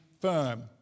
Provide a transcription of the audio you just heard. firm